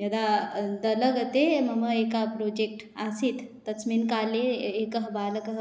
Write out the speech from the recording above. यदा दलगते मम एका प्रोजेक्ट् आसीत् तस्मिन् काले एकः बालकः